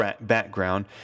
background